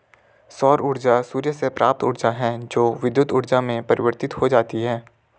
सौर ऊर्जा सूर्य से प्राप्त ऊर्जा है जो विद्युत ऊर्जा में परिवर्तित हो जाती है